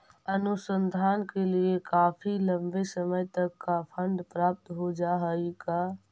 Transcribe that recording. अनुसंधान के लिए काफी लंबे समय तक का फंड प्राप्त हो जा हई का